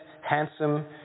handsome